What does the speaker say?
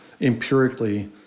empirically